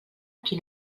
qui